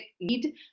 need